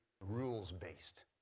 rules-based